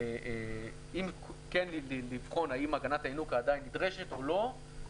ואם כן לבחון אם הגנת הינוקא עדיין נדרשת או לא.